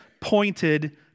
pointed